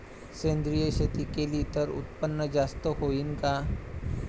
सेंद्रिय शेती केली त उत्पन्न जास्त होईन का?